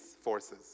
forces